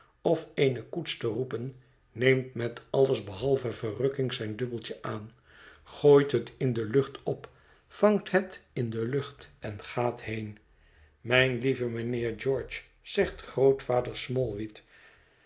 of eene koets te roepen neemt met alles behalve verrukking zijn dubbeltje aan gooit het in de lucht op vangt het in de vlucht en gaat heen mijn lieve mijnheer george zegt grootvader